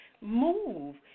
move